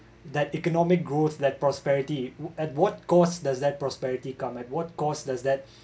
that economic growth that prosperity at what cost does that prosperity come at what cost does that